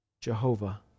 Jehovah